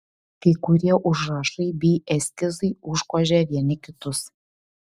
kai kurie užrašai bei eskizai užgožė vieni kitus